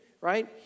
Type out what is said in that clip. Right